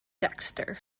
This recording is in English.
dexter